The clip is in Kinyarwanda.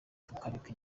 tukareka